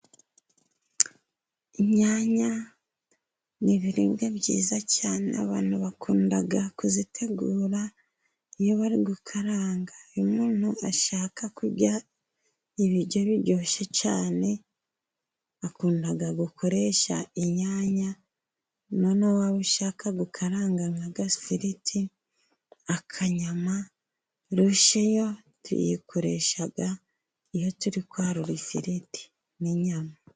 Inyanya ni ibibwa byiza cyane, abantu bakunda kuzitegura iyo bari gukaranga, iyo umuntu ashaka kurya ibiryo biryoshye cyane, akunda gukoresha inyanya, na none waba ushaka gukaranga nk'agafiriti, akanyama, rushe yo tuyikoresha iyo turi kwarura ifiriti n'inyama.